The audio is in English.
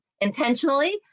intentionally